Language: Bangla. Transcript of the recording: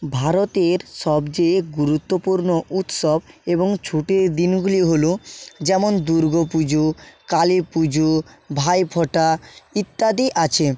ভারতের সবচেয়ে গুরুত্বপূর্ণ উৎসব এবং ছুটির দিনগুলি হলো যেমন দুর্গা পুজো কালী পুজো ভাই ফোঁটা ইত্যাদি আছে